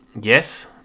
yes